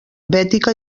bètica